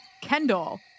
Kendall